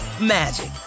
magic